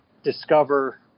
discover